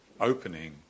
opening